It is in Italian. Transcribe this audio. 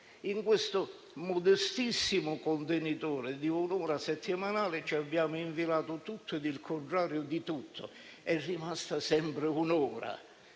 In questo modestissimo contenitore di un'ora settimanale ci abbiamo infilato tutto ed il contrario di tutto. È rimasta sempre un'ora